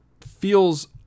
feels